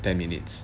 ten minutes